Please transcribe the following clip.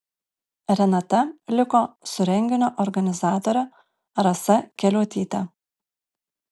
renata liko su renginio organizatore rasa keliuotyte